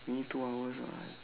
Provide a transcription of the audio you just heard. me two hours what